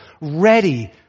ready